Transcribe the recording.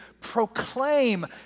proclaim